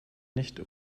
nicht